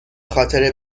خاطر